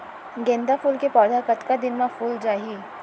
गेंदा फूल के पौधा कतका दिन मा फुल जाही?